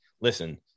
listen